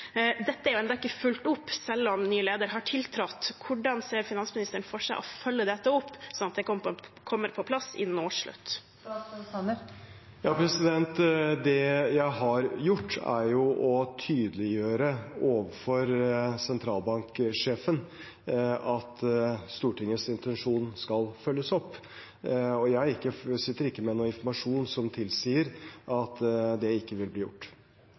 Dette er ennå ikke fulgt opp, selv om ny leder har tiltrådt. Hvordan ser finansministeren for seg å følge dette opp, sånn at det kommer på plass innen årsslutt? Det jeg har gjort, er å tydeliggjøre overfor sentralbanksjefen at Stortingets intensjon skal følges opp. Jeg sitter ikke med informasjon som tilsier at det ikke vil bli gjort.